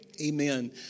amen